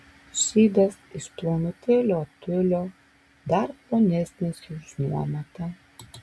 šydas iš plonutėlio tiulio dar plonesnis už nuometą